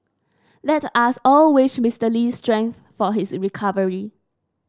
let us all wish Mister Lee strength for his recovery